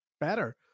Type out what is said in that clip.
better